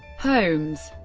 homes